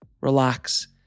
relax